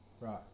right